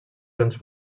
grans